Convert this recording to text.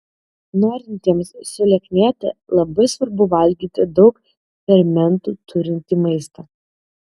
norintiems sulieknėti labai svarbu valgyti daug fermentų turintį maistą